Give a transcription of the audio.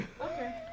Okay